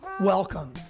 Welcome